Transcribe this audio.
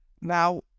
now